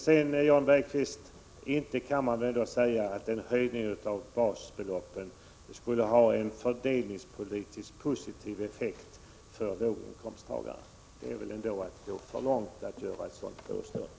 Man kan väl, Jan Bergqvist, inte säga att en höjning av basbeloppen skulle ha en fördelningspolitiskt positiv effekt för låginkomsttagarna. Att göra ett sådant påstående är ändå att gå för långt.